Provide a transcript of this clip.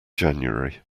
january